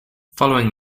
following